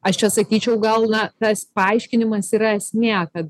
aš čia sakyčiau gal na tas paaiškinimas yra esmė kad